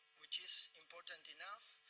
which is important enough,